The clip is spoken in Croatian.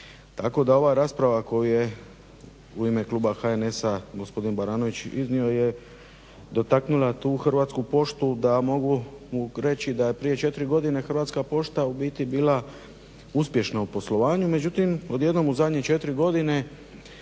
Tako da ova rasprava koju je ime kluba HNS-a gospodin Baranović iznio je dotaknula tu Hrvatsku poštu da mogu reći da je prije 4 godine Hrvatska pošta u biti bila uspješna u poslovanju, međutim odjednom u zadnje 4 godine